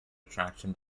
attraction